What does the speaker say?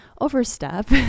Overstep